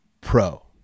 Pro